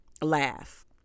laugh